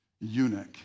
eunuch